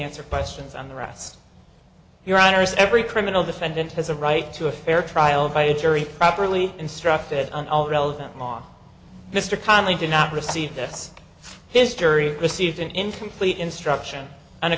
answer questions on the rest your honor is every criminal defendant has a right to a fair trial by a jury properly instructed on all relevant law mr connelly did not receive this history received an incomplete instruction on a